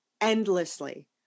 Endlessly